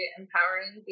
empowering